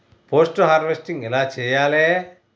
Post harvesting ఎలా చెయ్యాలే?